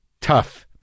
tough